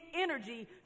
energy